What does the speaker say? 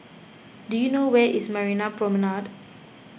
do you know where is Marina Promenade